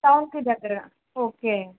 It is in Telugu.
టౌన్కి దగ్గర ఓకే